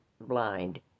blind